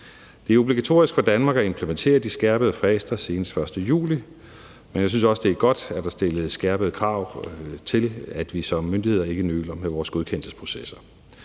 Det er obligatorisk for Danmark at implementere de skærpede frister senest den 1. juli, men jeg synes også, at det er godt, at der stilles skærpede krav til, at vi som myndigheder ikke nøler med vores godkendelsesprocesser.